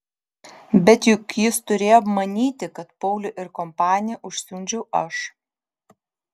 bet juk jis turėjo manyti kad paulių ir kompaniją užsiundžiau aš